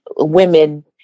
Women